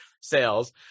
sales